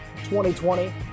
2020